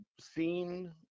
seen